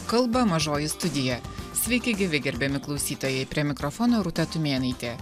kalba mažoji studija sveiki gyvi gerbiami klausytojai prie mikrofono rūta tumėnaitė